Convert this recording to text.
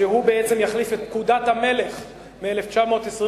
שבעצם יחליף את פקודת המלך מ-1927.